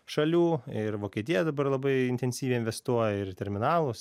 šalių ir vokietija dabar labai intensyviai investuoja ir į terminalus